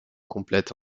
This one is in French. complète